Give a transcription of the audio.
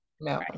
No